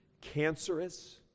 cancerous